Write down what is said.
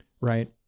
Right